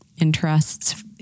interests